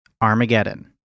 Armageddon